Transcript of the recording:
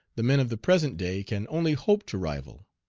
the men of the present day can only hope to rival.